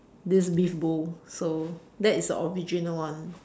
this beef bowl so that is the original one